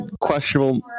questionable